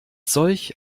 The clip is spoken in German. solch